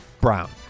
Brown